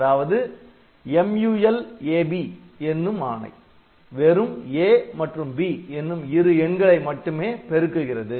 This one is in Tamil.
அதாவது MUL AB என்னும் ஆணை வெறும் A மற்றும் B என்னும் இரு எண்களை மட்டுமே பெருக்குகிறது